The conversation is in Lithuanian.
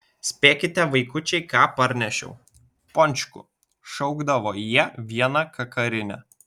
spėkite vaikučiai ką parnešiau pončkų šaukdavo jie viena kakarine